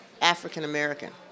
african-american